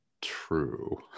true